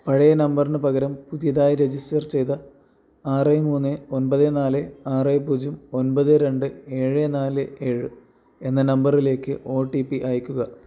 പഴയ നമ്പറിന് പകരം പുതിയതായി രജിസ്റ്റർ ചെയ്ത ആറ് മൂന്ന് ഒൻപത് നാല് ആറ് പൂജ്യം ഒൻപത് രണ്ട് ഏഴ് നാല് ഏഴ് എന്ന നമ്പറിലേക്ക് ഒ ടി പി അയയ്ക്കുക